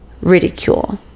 ridicule